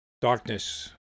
darkness